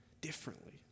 differently